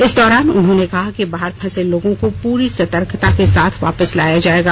इस दौरान उन्होंने कहा कि बाहर फंसे लोगों को पूरी सतर्कता के साथ वापस लाया जायेगा